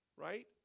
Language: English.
right